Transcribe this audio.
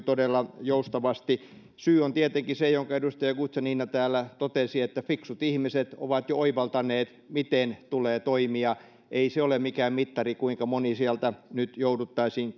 todella joustavasti syy on tietenkin se minkä edustaja guzenina täällä totesi että fiksut ihmiset ovat jo oivaltaneet miten tulee toimia ei se ole mikään mittari kuinka moni sieltä nyt jouduttaisiin